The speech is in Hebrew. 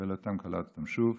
קיבל אותם, קלט אותם שוב.